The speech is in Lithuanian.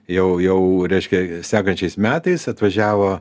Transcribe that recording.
jau jau reiškia sekančiais metais atvažiavo